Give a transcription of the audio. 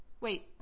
Wait